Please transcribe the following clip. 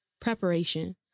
preparation